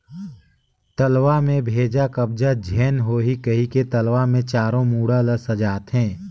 तलवा में बेजा कब्जा झेन होहि कहिके तलवा मे चारों मुड़ा ल सजाथें